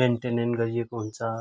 maintain गरिएको हुन्छ